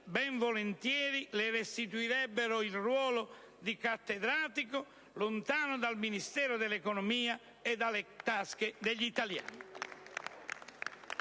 ben volentieri le restituirebbero il ruolo di cattedratico, lontano dal Ministero dell'economia e dalle tasche degli italiani.